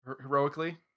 Heroically